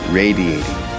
radiating